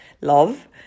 love